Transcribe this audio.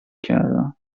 کردم